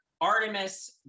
Artemis